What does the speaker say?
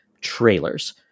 trailers